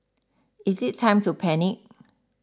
is it time to panic